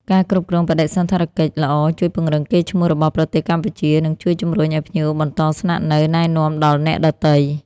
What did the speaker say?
ការគ្រប់គ្រងបដិសណ្ឋារកិច្ចល្អជួយពង្រឹងកេរិ៍្តឈ្មោះរបស់ប្រទេសកម្ពុជា និងជួយជម្រុញឱ្យភ្ញៀវបន្តស្នាក់ឬណែនាំដល់អ្នកដទៃ។